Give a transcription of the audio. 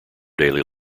daily